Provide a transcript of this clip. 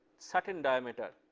certain diameter.